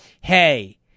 hey